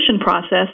process